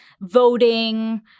voting